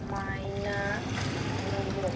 Maina Munu